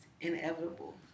inevitable